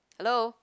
hello